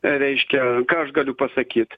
reiškia ką aš galiu pasakyt